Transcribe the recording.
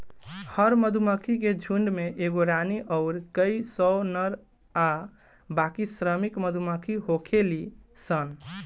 हर मधुमक्खी के झुण्ड में एगो रानी अउर कई सौ नर आ बाकी श्रमिक मधुमक्खी होखेली सन